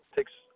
Takes